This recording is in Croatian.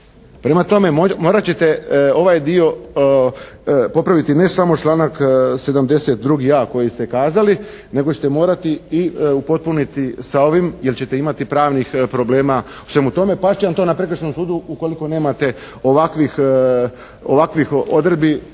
Prema tome, morat ćete ovaj dio popraviti ne samo članak 72.a. koji ste kazali, nego ćete morati i upotpuniti sa ovim, jer ćete imati pravnih problema u svemu tome, pa će vam to na prekršajnom sudu ukoliko nemate ovakvih odredbi